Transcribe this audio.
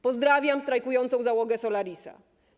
Pozdrawiam strajkującą załogę Solarisa.